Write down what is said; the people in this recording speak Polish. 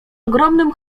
ogromnym